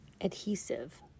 adhesive